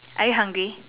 are you hungry